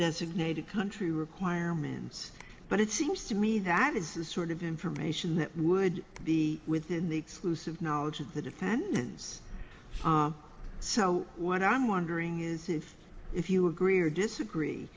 designated country requirements but it seems to me that is the sort of information that would be within the exclusive knowledge of the defendants so what i'm wondering is if you agree or disagree